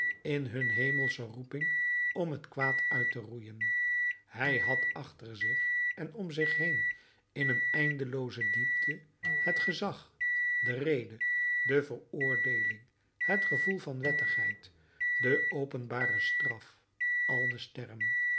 in hun hemelsche roeping om het kwaad uit te roeien hij had achter zich en om zich heen in een eindelooze diepte het gezag de rede de veroordeeling het gevoel van wettigheid de openbare straf al de